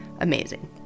amazing